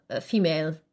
female